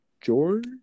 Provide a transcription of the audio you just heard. George